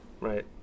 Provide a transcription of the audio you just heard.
Right